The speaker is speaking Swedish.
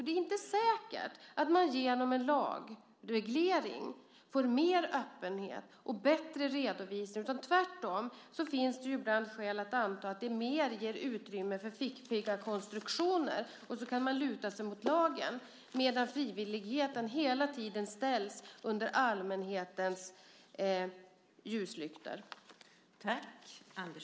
Det är inte säkert att man genom en lagreglering får mer öppenhet och bättre redovisning. Tvärtom finns det ibland skäl att anta att det mer ger utrymme för fiktiva konstruktioner, för då kan man luta sig mot lagen, medan frivilligheten hela tiden ställs under allmänhetens ljuslyktor.